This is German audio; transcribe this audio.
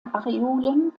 areolen